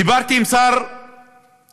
דיברתי עם שר החינוך